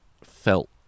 felt